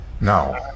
Now